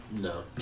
No